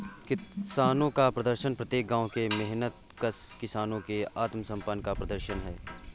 किसानों का प्रदर्शन प्रत्येक गांव के मेहनतकश किसानों के आत्मसम्मान का प्रदर्शन है